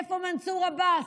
איפה מנסור עבאס,